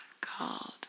called